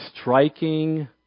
striking